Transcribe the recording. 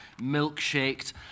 milkshaked